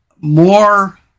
more